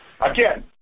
Again